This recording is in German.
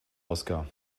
oskar